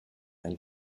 and